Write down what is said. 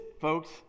folks